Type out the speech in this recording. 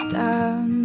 down